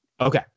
Okay